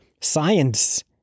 science